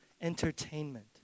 entertainment